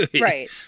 right